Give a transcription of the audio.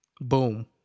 boom